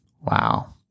Wow